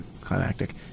climactic